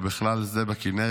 ובכלל זה בכנרת,